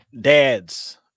dads